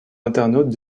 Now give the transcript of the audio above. internautes